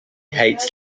hates